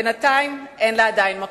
בינתיים אין לה עדיין מקום.